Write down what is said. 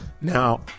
Now